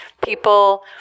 people